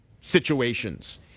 situations